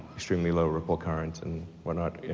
extremely low ripple current and whatnot,